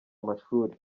amashuri